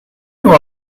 you